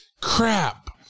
crap